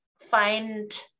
find